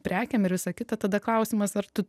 prekėm ir visa kita tada klausimas ar tu